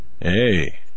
Hey